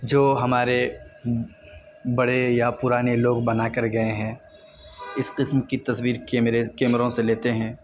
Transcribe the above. جو ہمارے بڑے یا پرانے لوگ بنا کر گئے ہیں اس قسم کی تصویر کیمرے کیمروں سے لیتے ہیں